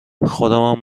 خودمم